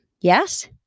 Yes